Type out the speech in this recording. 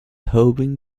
hoping